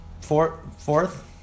fourth